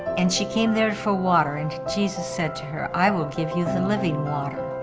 and she came there for water. and jesus said to her, i will give you the and living water.